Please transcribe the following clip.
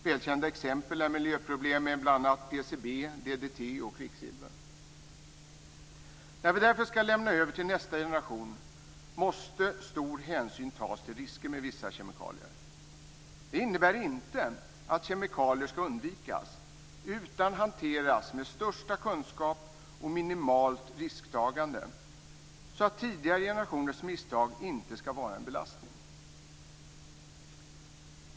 Välkända exempel är miljöproblem med bl.a. PCB, När vi därför ska lämna över till nästa generation måste stor hänsyn tas till risker med vissa kemikalier. Det innebär inte att kemikalier ska undvikas utan hanteras med största kunskap och minimalt risktagande, så att tidigare generations misstag inte ska vara en belastning.